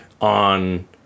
on